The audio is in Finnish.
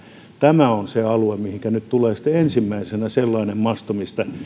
tämä on se alue mihin nyt tulee ensimmäinenä sellainen masto mistä